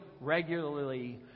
regularly